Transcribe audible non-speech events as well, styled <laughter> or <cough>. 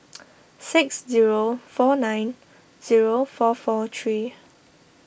<noise> six zero four nine zero four four three